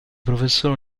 professore